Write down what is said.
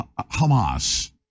Hamas